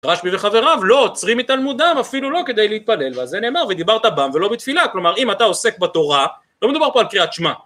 רשמי וחבריו לא, עוצרים את תלמודם, אפילו לא כדי להתפלל ואז זה נאמר, ודיברת בם ולא בתפילה כלומר אם אתה עוסק בתורה, לא מדובר פה על קריאת שמע